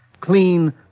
clean